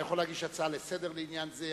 אתה יכול להגיש הצעה לסדר-היום בעניין זה.